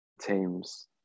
teams